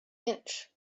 inch